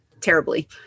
terribly